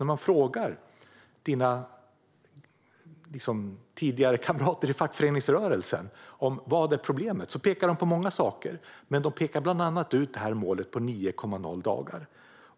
När man frågar dina tidigare kamrater i fackföreningsrörelsen om vad problemet är pekar de på många saker, bland annat målet på 9,0 dagar.